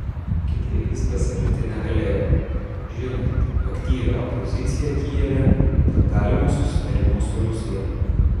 kitaip jis pasielgti negalėjo žinant aktyvią opoziciją kijeve dėl galimo susitarimo su rusija